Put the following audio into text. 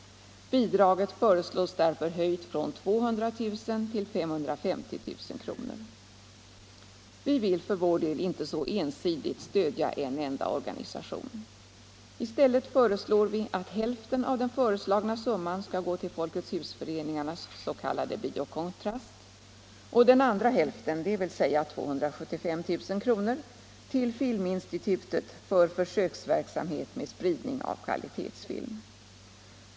Bidraget föreslås därför höjt från 200 000 till 550 000 kr. Vi vill för vår del inte så ensidigt stödja en enda organisation. I stället föreslår vi att hälften av den föreslagna summan skall gå till Folkets husföreningarnas s.k. Bio Kontrast och den den andra hälften, dvs. 275 000 kr., till Filminstitutet för försöksverksamhet med spridning av kvalitetsfilm.